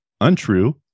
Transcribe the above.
untrue